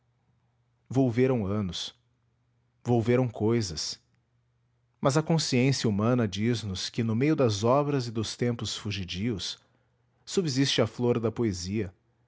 volveram anos volveram cousas mas a consciência humana diz nos que no meio das obras e dos tempos fugidios subsiste a flor da poesia